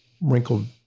wrinkled